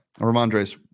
Ramondre's